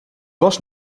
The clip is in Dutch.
was